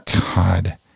god